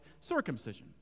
circumcision